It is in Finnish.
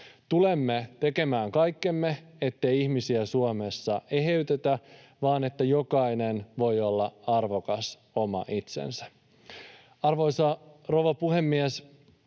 Tulemme tekemään kaikkemme, ettei ihmisiä Suomessa eheytetä vaan että jokainen voi olla arvokas oma itsensä. Arvoisa rouva puhemies!